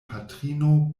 patrino